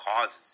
causes